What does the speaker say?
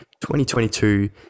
2022